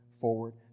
forward